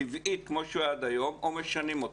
כמו שהוא היה עד היום או משנים אותו.